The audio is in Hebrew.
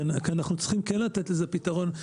צריכים כן לתת לזה פתרון.